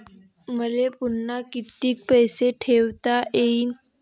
मले पुन्हा कितीक पैसे ठेवता येईन?